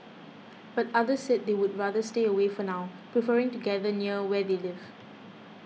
but others said they would rather stay away for now preferring to gather near where they live